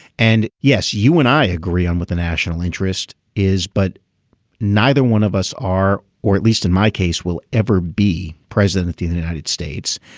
and yes you and i agree on with the national interest is but neither one of us are or at least in my case will ever be president of the the united states.